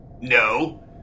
No